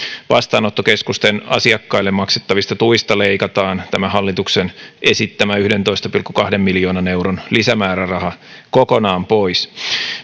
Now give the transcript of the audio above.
vastaanottokeskusten asiakkaille maksettavista tuista leikataan tämä hallituksen esittämä yhdentoista pilkku kahden miljoonan lisämääräraha kokonaan pois